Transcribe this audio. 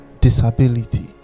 disability